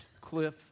Cliff